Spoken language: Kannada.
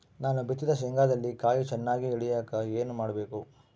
ನಾನು ಬಿತ್ತಿದ ಶೇಂಗಾದಲ್ಲಿ ಕಾಯಿ ಚನ್ನಾಗಿ ಇಳಿಯಕ ಏನು ಮಾಡಬೇಕು?